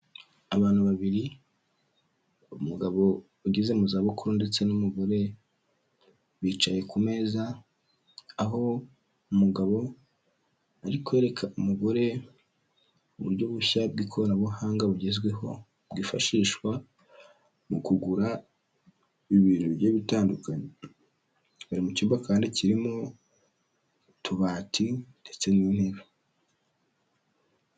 Abantu babiri; umugabo ugeze mu za bukuru ndetse n'umugore, bicaye ku meza aho umugabo ari kwereka umugore uburyo bushya bw'ikoranabuhanga bugezweho bwifashishwa mu kugura ibintu bigiye bitandukanye, bari mu cyumba kandi kirimo utubati ndetse n'intebe.